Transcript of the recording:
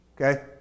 Okay